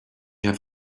have